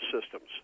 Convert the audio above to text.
systems